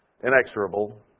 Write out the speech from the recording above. inexorable